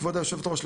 כבוד יושבת הראש,